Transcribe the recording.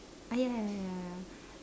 ah ya ya ya ya